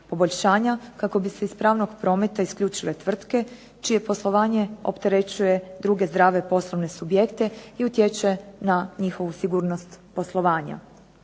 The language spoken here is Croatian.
poboljšanja kako bi se iz pravnog prometa isključile tvrtke čije poslovanje opterećuje druge zdrave poslovne subjekte i utječe na njihovu sigurnost poslovanja.